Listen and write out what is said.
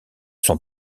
son